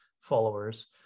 followers